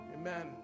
Amen